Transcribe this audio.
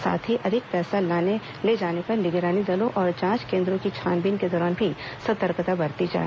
साथ ही अधिक पैसे लाने ले जाने पर निगरानी दलों और जांच केन्द्रों की छानबीन के दौरान भी सतर्कता बरती जाए